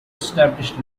established